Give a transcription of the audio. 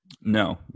No